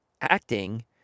acting